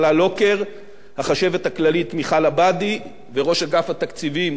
החשבת הכללית מיכל עבאדי וראש אגף התקציבים הרשקוביץ,